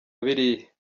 biriya